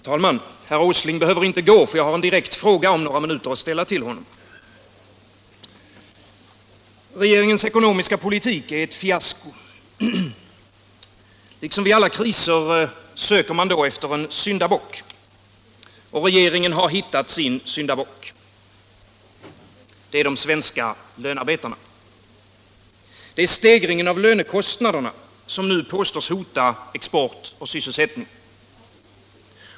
Herr talman! Herr Åsling behöver inte gå för jag har en direkt fråga att ställa till honom om några minuter. Regeringens ekonomiska politik är ett fiasko. Liksom vid alla kriser söker man efter en syndabock. Regeringen har hittat sin syndabock: de svenska lönarbetarna. Det är stegringen av lönekostnaderna som nu påstås hota export och sysselsättning.